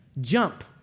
Jump